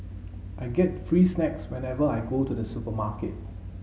I get free snacks whenever I go to the supermarket